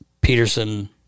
Peterson